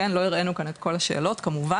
לא הראנו כאן את כל השאלות כמובן,